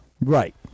Right